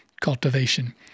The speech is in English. cultivation